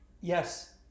Yes